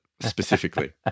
specifically